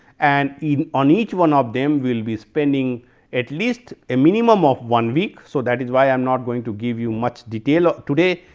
and in on each one of them will be spending at least a minimum of one week. so, that is why i am not going to give you much detail ah today,